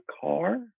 car